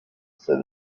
said